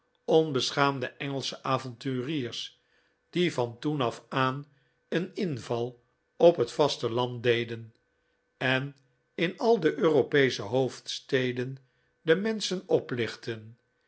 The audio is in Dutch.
onbeschaamde engelsche avonturiers die van toen af aan een inval op het vaste land deden en in al de europcesche hoofdsteden de menschen oplichtten